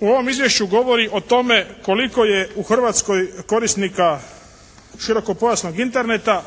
u ovom izvješću govori o tome koliko je u Hrvatskoj korisnika širokopojasnog Interneta